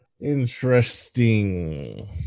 Interesting